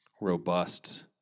robust